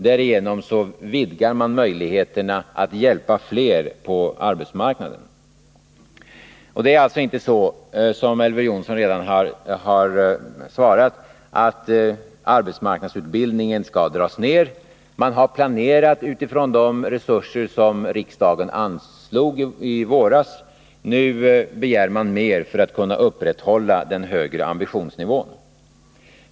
Därigenom vidgar man möjligheterna att hjälpa fler på arbetsmarknaden. Det är alltså inte så — Elver Jonsson har redan klargjort det — att arbetsmarknadsutbildningen skall dras ned. Man har planerat utifrån de resurser som riksdagen anslog i våras. Nu begär man mer för att kunna upprätthålla den högre ambitionsnivån.